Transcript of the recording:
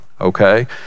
okay